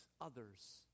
others